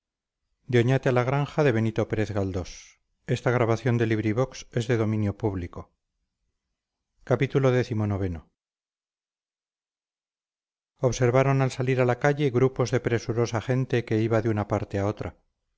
observaron al salir a la calle grupos de presurosa gente que iba de una parte a otra